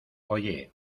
oye